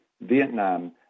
Vietnam